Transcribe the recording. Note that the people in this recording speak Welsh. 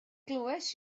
glywais